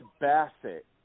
Bassett